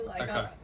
Okay